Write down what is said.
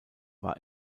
war